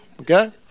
Okay